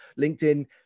LinkedIn